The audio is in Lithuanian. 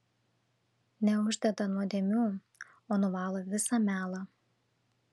neuždeda nuodėmių o nuvalo visą melą